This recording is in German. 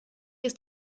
ist